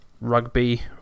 Rugby